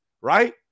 right